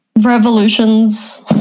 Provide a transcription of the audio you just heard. revolutions